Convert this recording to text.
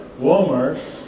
Walmart